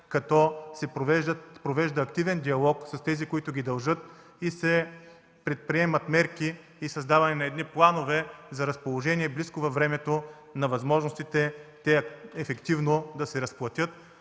като се провежда активен диалог с тези, които ги дължат и се предприемат мерки и създаване на едни планове за близко разположение във времето на възможностите те ефективно да се разплатят.